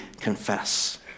confess